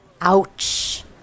Ouch